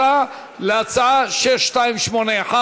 להצעה מס' 6281,